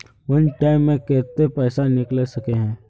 वन time मैं केते पैसा निकले सके है?